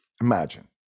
Imagine